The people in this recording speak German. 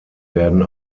werden